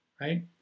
right